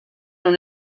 non